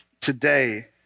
today